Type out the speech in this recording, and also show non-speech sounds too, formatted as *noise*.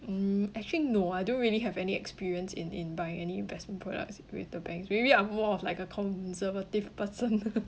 mm actually no I don't really have any experience in in buying any investment products with the bank maybe I'm more of like a conservative person *laughs*